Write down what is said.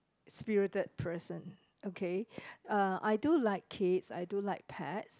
spirited person okay uh I do like kids I do like pets